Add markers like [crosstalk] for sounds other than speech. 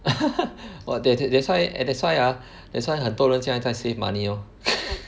[laughs] orh 对 that's why that's why ah that's why 很多人现在在 save money lor